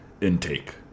intake